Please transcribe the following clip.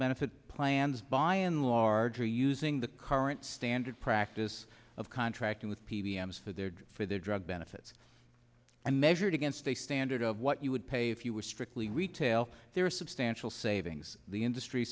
benefit plans by and large are using the current standard practice of contracting with p b s for their for their drug benefits and measured against a standard of what you would pay if you were strictly retail there are substantial savings the industry